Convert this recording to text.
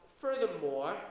Furthermore